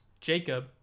Jacob